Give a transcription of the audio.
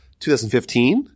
2015